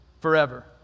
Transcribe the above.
forever